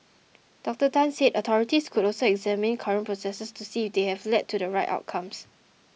Dr Tan said authorities could also examine current processes to see if they have led to the right outcomes